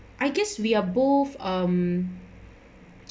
I guess we are both um